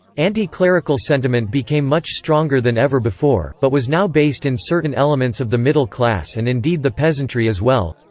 anti-clerical sentiment became much stronger than ever before, before, but was now based in certain elements of the middle class and indeed the peasantry as well.